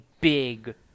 big